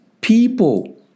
people